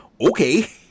Okay